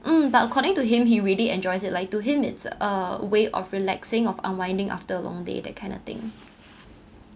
mm but according to him he really enjoys it like to him it's a way of relaxing of unwinding after a long day that kind of thing